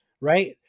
right